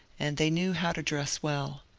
and they knew how to dress well.